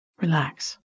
relax